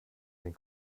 den